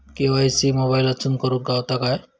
KYC मोबाईलातसून करुक गावता काय?